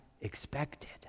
expected